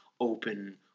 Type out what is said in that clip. open